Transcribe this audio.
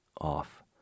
off